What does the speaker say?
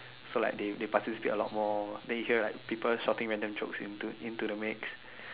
so like they they participate a lot more then you hear like people shouting random jokes into into the mix